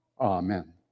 Amen